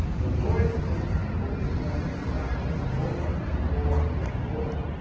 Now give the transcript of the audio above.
the voice of the people is going to be silenced more and more and more.